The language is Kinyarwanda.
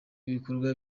ibikorwa